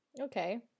Okay